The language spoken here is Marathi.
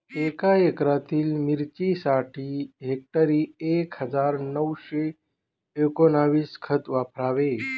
एका एकरातील मिरचीसाठी हेक्टरी एक हजार नऊशे एकोणवीस खत वापरावे